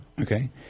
Okay